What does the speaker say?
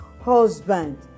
husband